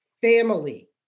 family